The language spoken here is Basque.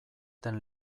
den